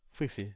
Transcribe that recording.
seriously